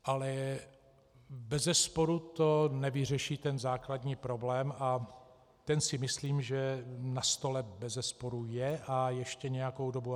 Ale bezesporu to nevyřeší základní problém a ten si myslím, že nastolen bezesporu je a ještě nějakou dobu bude.